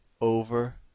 over